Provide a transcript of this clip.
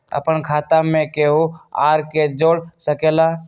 अपन खाता मे केहु आर के जोड़ सके ला?